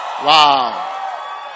Wow